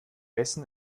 essen